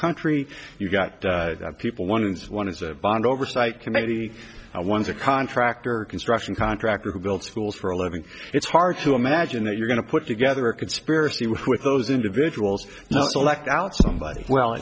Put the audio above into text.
country you've got people one is one is a bond oversight committee one's a contractor construction contractor who build schools for a living it's hard to imagine that you're going to put together a conspiracy with those individuals select out somebody well